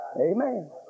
Amen